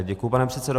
Děkuji, pane předsedo.